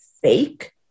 fake